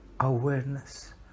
awareness